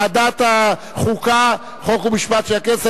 ועדת החוקה, חוק ומשפט של הכנסת.